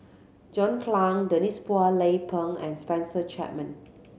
John Clang Denise Phua Lay Peng and Spencer Chapman